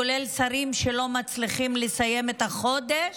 כולל שרים שלא מצליחים לסיים את החודש,